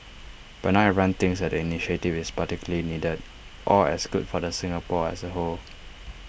but not everyone thinks the initiative is particularly needed or as good for Singapore as A whole